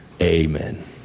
amen